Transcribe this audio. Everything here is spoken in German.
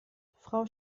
frau